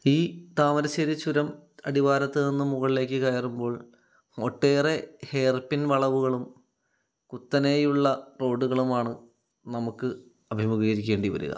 ഈ താമരശ്ശേരി ചുരം അടിവാരത്തു നിന്നു മുകളിലേക്ക് കയറുമ്പോൾ ഒട്ടേറെ ഹെയർ പിൻ വളവുകളും കുത്തനെയുള്ള റോഡുകളുമാണ് നമുക്ക് അഭിമുഖീകരിക്കേണ്ടി വരിക